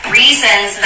reasons